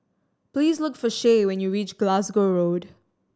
please look for Shae when you reach Glasgow Road